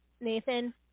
Nathan